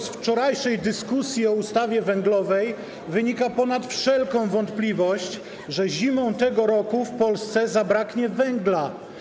Z wczorajszej dyskusji o ustawie węglowej ponad wszelką wątpliwość wynika, że zimą tego roku w Polsce zabraknie węgla.